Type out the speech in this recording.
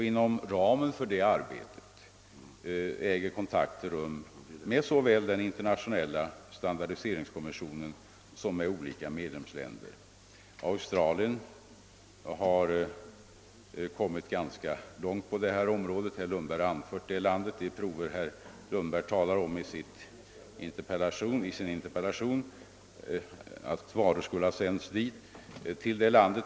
Inom ramen för detta arbete äger kontakter rum med såväl den internationella standardiseringskommissionen som olika medlemsländer. Australien har kommit ganska långt på detta område. Herr Lundberg talar i sin interpellation om att varor skulle ha sänts till detta land.